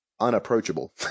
unapproachable